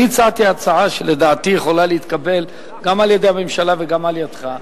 אני הצעתי הצעה שלדעתי יכולה להתקבל גם על-ידי הממשלה וגם על-ידיך,